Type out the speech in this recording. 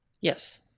Yes